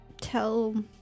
tell